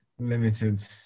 limited